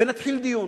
ונתחיל דיון.